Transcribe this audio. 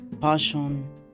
passion